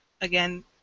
again